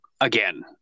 again